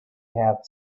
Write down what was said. have